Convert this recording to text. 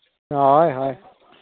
ᱦᱳᱭ ᱦᱳᱭ